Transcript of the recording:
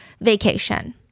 vacation